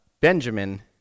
Benjamin